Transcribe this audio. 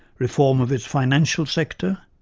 reform of its financial sector,